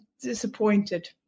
disappointed